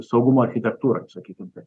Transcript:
saugumo architektūra sakykim taip